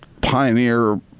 pioneer